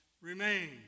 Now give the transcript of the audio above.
remain